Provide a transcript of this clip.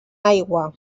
aigua